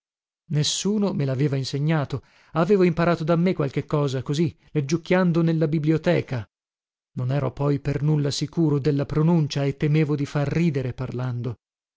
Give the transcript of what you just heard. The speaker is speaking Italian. nessuno me laveva insegnato avevo imparato da me qualche cosa così leggiucchiando nella biblioteca non ero poi per nulla sicuro della pronunzia e temevo di far ridere parlando